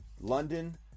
London